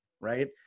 right